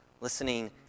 Listening